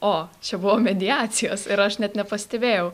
o čia buvo mediacijos ir aš net nepastebėjau